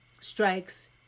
strikes